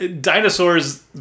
dinosaurs